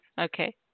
Okay